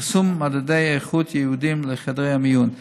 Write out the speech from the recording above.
פרסום מדדי איכות ייעודיים לחדרי המיון.